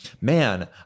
man